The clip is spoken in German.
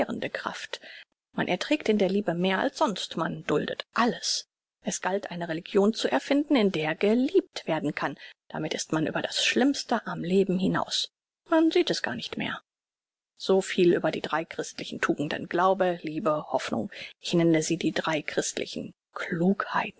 kraft man erträgt in der liebe mehr als sonst man duldet alles es galt eine religion zu erfinden in der geliebt werden kann damit ist man über das schlimmste am leben hinaus man sieht es gar nicht mehr so viel über die drei christlichen tugenden glaube liebe hoffnung ich nenne sie die drei christlichen klugheiten